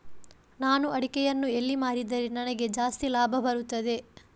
ನಾನು ಅಡಿಕೆಯನ್ನು ಎಲ್ಲಿ ಮಾರಿದರೆ ನನಗೆ ಜಾಸ್ತಿ ಲಾಭ ಬರುತ್ತದೆ?